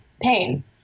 pain